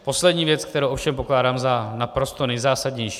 Poslední věc, kterou ovšem pokládám za naprosto nejzásadnější.